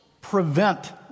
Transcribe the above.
prevent